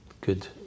good